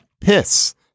piss